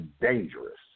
dangerous